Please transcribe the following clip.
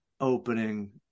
opening